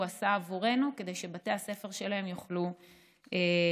עשה עבורנו כדי שבתי הספר שלהם יוכלו להתפתח.